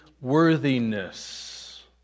worthiness